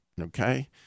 okay